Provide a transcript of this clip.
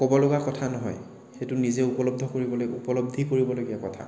ক'বলগা কথা নহয় সেইটো নিজে উপলব্ধ কৰিবলৈ উপলদ্ধি কৰিবলগীয়া কথা